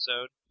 episode